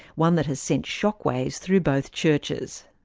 one that has sent shockwaves through both churches.